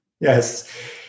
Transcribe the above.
Yes